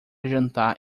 jantar